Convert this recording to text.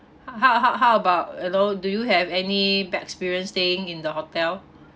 how how how about you know do you have any bad experience staying in the hotel